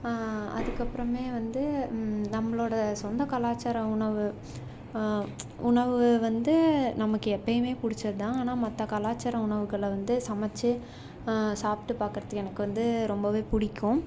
அதுக்கப்புறமே வந்து நம்மளோட சொந்த கலாச்சாரம் உணவு உணவு வந்து நமக்கு எப்பேயுமே பிடிச்சது தான் ஆனால் மற்ற கலாச்சார உணவுகளை வந்து சமைச்சி சாப்பிட்டு பார்க்குறதுக்கு எனக்கு வந்து ரொம்பவே பிடிக்கும்